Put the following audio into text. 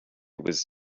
was